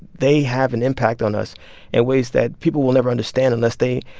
they have an impact on us in ways that people will never understand unless they,